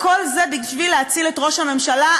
כל זה בשביל להציל את ראש הממשלה,